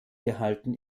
gehalten